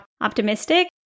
optimistic